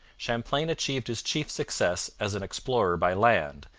champlain achieved his chief success as an explorer by land,